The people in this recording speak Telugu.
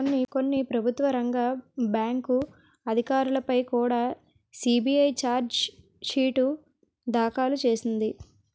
కొన్ని ప్రభుత్వ రంగ బ్యాంకు అధికారులపై కుడా సి.బి.ఐ చార్జి షీటు దాఖలు చేసింది